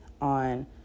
on